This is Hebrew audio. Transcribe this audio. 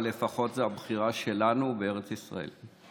אבל לפחות זו הבחירה שלנו בארץ ישראל.